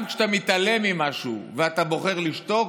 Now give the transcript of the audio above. גם כשאתה מתעלם ממשהו ואתה בוחר לשתוק,